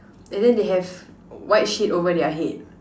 and then they have white sheet over their head